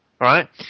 right